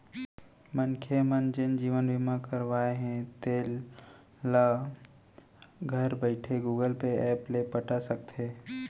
मनखे मन जेन जीवन बीमा करवाए हें तेल ल घर बइठे गुगल पे ऐप ले पटा सकथे